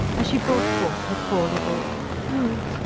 as she brought forth her poor little no.